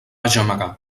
gemegar